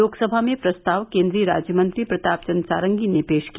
लोकसभा में प्रस्ताव केन्द्रीय राज्य मंत्री प्रताप चन्द्र सारंगी ने पेश किया